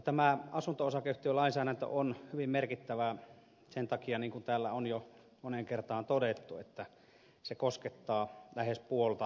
tämä asunto osakeyhtiölainsäädäntö on hyvin merkittävä sen takia niin kuin täällä on jo moneen kertaan todettu että se koskettaa lähes puolta suomalaisista